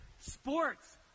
sports